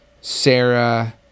Sarah